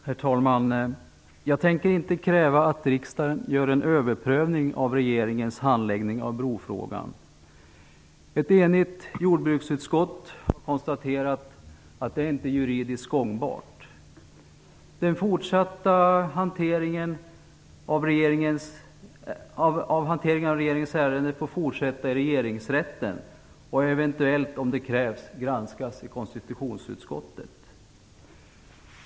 Herr talman! Jag tänker inte kräva att riksdagen gör en överprövning av regeringens handläggning av brofrågan. Ett enigt jordbruksutskott konstaterar att det inte är juridiskt gångbart. Den fortsatta hanteringen av regeringens ärende får ske i Regeringsrätten. Om det krävs får ärendet granskas i konstitutionsutskottet.